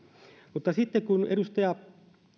mutta sitten kun edustaja